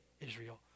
Israel